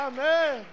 Amen